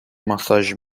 ماساژ